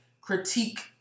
critique